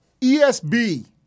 ESB